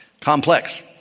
Complex